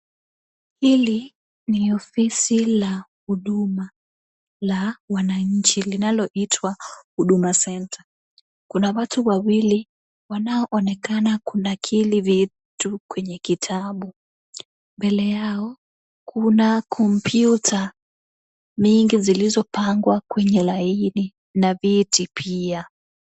Hili ni ofisi la huduma la wananchi linaloitwa huduma centre. Kuna watu wawili wanaoonekana kunakili vitu kwenye kitabu. Mbele yao kuna kompyuta mingi zilizopangwa kwenye laini na viti pia.